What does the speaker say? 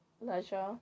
leisure